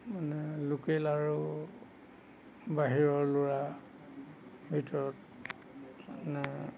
মানে লোকেল আৰু বাহিৰৰ ল'ৰাৰ ভিতৰত মানে